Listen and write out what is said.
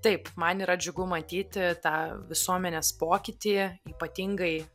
taip man yra džiugu matyti tą visuomenės pokytį ypatingai